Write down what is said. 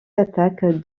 attaques